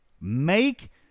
Make